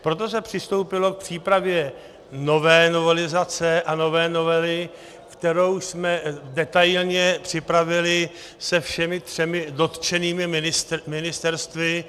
Proto se přistoupilo k přípravě nové novelizace a nové novely, kterou jsme detailně připravili se všemi třemi dotčenými ministerstvy.